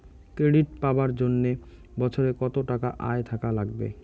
Credit পাবার জন্যে বছরে কত টাকা আয় থাকা লাগবে?